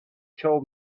told